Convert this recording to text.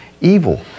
evil